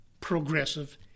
progressive